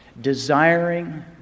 desiring